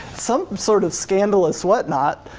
some sort of scandalous what not.